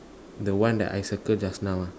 the one that I circle just now ah